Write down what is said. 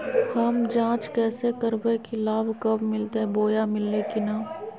हम जांच कैसे करबे की लाभ कब मिलते बोया मिल्ले की न?